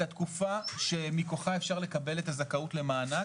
התקופה שמכוחה אפשר לקבל את הזכאות למענק.